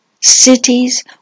cities